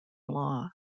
law